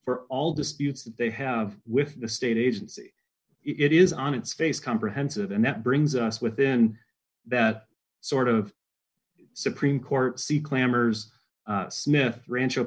for all disputes that they have with the state agency it is on its face comprehensive and that brings us within that sort of supreme court see clamors smith rancho